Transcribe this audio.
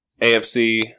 AFC